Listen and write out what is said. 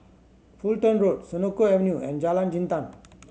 Fulton Road Senoko Avenue and Jalan Jintan